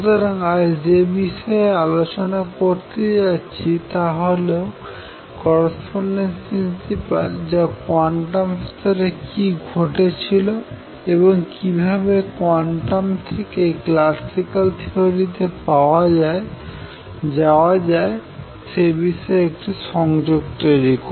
সুতরাং আজ যে বিষয়ে আলোচনা করতে যাচ্ছি তাহলো করেসপন্ডেন্স প্রিন্সিপাল যা কোয়ান্টাম স্তরে কি ঘটেছিল এবং কিভাবে কোয়ান্টাম থেকে ক্লাসিক্যাল থিওরি তে যাওয়া যায় সে বিষয়ে একটি সংযোগ তৈরি করে